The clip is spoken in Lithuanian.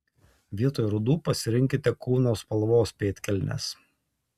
vietoj rudų pasirinkite kūno spalvos pėdkelnes